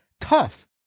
tough